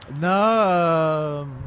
No